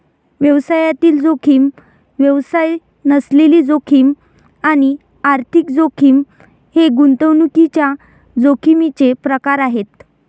व्यवसायातील जोखीम, व्यवसाय नसलेली जोखीम आणि आर्थिक जोखीम हे गुंतवणुकीच्या जोखमीचे प्रकार आहेत